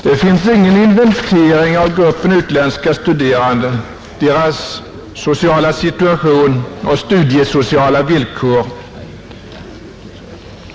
Det finns ingen inventering av gruppen utländska studerande, deras sociala situation och studiesociala villkor.